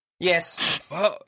Yes